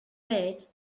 way